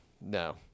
no